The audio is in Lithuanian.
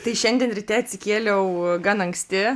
tai šiandien ryte atsikėliau gan anksti